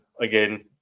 Again